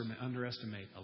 underestimate